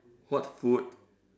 what food